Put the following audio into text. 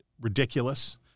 ridiculous